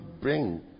bring